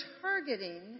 targeting